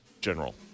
general